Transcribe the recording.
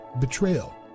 betrayal